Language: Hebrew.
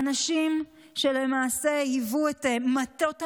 האנשים שלמעשה היוו את מטות המחאה,